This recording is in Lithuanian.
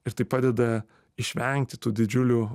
ir tai padeda išvengti tų didžiulių